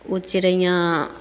ओ चिड़ैयाँ